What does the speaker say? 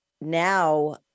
now